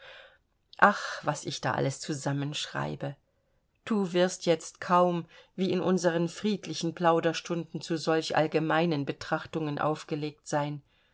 ach was ich da alles zusammenschreibe du wirst jetzt kaum wie in unseren friedlichen plauderstunden zu solch allgemeinen betrachtungen aufgelegt sein